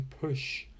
push